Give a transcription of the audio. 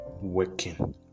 working